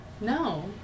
No